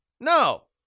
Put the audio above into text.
No